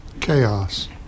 Chaos